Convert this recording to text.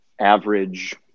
average